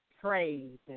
praise